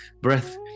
breath